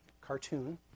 cartoon